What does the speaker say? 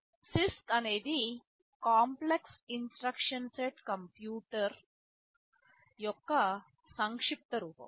CISC అనేది complex instruction set computer యొక్క సంక్షిప్త రూపం